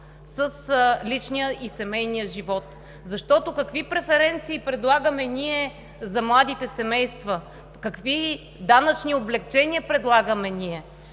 с личния и семейния. Защото какви преференции предлагаме ние за младите семейства, какви данъчни облекчения предлагаме?